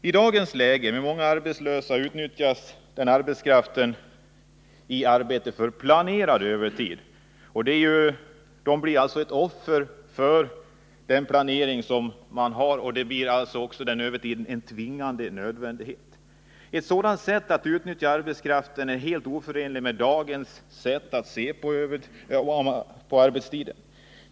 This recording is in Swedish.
I dagens läge, med många arbetslösa, utnyttjas den arbetskraft som har ett arbete i en planerad övertid eller är offer för en planering som gör övertid till en ”tvingande” nödvändighet. Ett sådant sätt att utnyttja arbetskraften är helt oförenligt med dagens sätt att se på arbetstiden.